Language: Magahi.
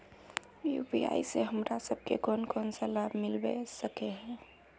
यु.पी.आई से हमरा सब के कोन कोन सा लाभ मिलबे सके है?